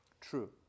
true